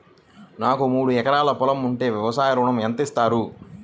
నాకు మూడు ఎకరాలు పొలం ఉంటే వ్యవసాయ ఋణం ఎంత ఇస్తారు?